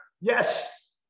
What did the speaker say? Yes